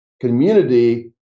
community